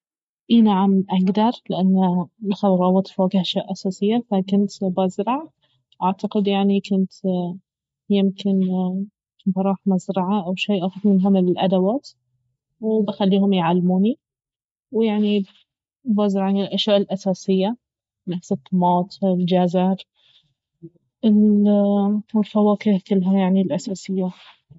أي نعم اقدر لانه الخضراوات والفواكه أشياء أساسية فكنت بزرع اعتقد يعني كنت يمكن بروح مزرعة او شي اخذ منهم الأدوات وبخليهم يعلموني ويعني بزرع يعني الأشياء الأساسية نفس الطماط الجزر ال- والفواكه كلها يعني الأساسية